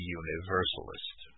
universalist